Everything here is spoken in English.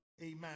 amen